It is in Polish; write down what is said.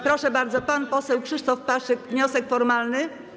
Proszę bardzo, pan poseł Krzysztof Paszyk, wniosek formalny.